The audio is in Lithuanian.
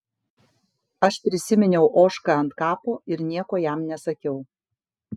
aš prisiminiau ožką ant kapo ir nieko jam nesakiau